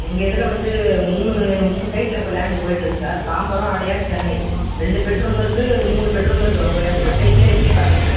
எங்கள் இதில் வந்து மூணு மூணு சைட்டில் இப்போ லேண்டு போய்கிட்ருக்கு சார் தாம்பரம் அடையார் சென்னை ரெண்டு பெட் ரூமும் இருக்குது மூணு பெட் ரூமும் இருக்குது உங்கள் எந்த சைட்டில் எப்படி பார்க்குறீங்க